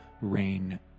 rain